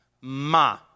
Ma